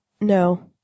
No